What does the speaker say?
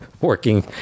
working